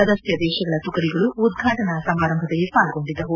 ಸದಸ್ಯ ದೇಶಗಳ ತುಕಡಿಗಳು ಉದ್ಘಾಟನಾ ಸಮಾರಂಭದಲ್ಲಿ ಪಾಲ್ಗೊಂಡಿದ್ದವು